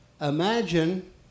Imagine